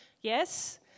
yes